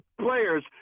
players